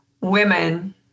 women